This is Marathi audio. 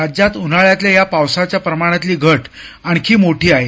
राज्यात उन्हाळ्यातल्या या पावसाच्या प्रमाणातली घट आणखी मोठी आहे